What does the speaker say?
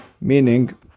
Meaning